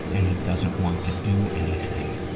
and he doesn't want to do anything.